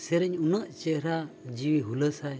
ᱥᱮᱨᱮᱧ ᱩᱱᱟᱹᱜ ᱪᱮᱦᱨᱟ ᱡᱤᱣᱤ ᱦᱩᱞᱟᱹᱥᱟᱭ